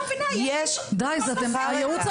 --- מה זה קשור?